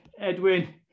Edwin